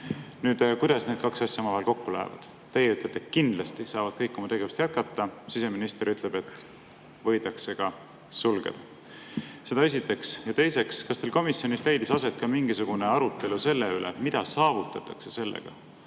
ees. Kuidas need kaks asja omavahel kokku lähevad? Teie ütlete, et kindlasti saavad kõik oma tegevust jätkata, siseminister ütleb, et võidakse ka sulgeda. Seda esiteks. Teiseks, kas teil komisjonis leidis aset ka mingisugune arutelu selle üle, mida saavutatakse sellega,